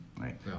right